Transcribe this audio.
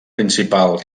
principal